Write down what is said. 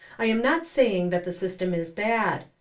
i am not saying that the system is bad.